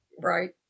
Right